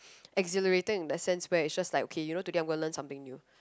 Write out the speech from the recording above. accelerating in the sense where it just like okay you know today I'm gonna learn something new